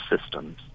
systems